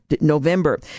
November